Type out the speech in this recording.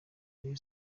rayon